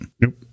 Nope